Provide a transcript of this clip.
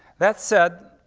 that said,